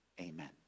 amen